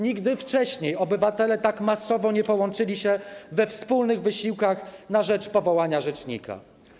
Nigdy wcześniej obywatele tak masowo nie połączyli się we wspólnych wysiłkach na rzecz powołania rzecznika.